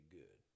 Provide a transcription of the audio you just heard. good